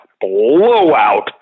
blowout